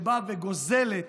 שבאה וגוזלת,